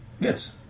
Yes